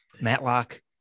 matlock